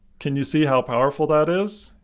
can you see how powerful that is?